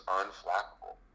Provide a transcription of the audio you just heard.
unflappable